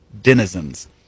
denizens